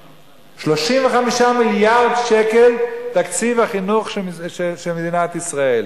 35. 35 מיליארד שקל תקציב החינוך של מדינת ישראל.